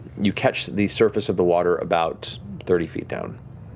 you catch the surface of the water about thirty feet down.